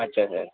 আচ্ছা স্যার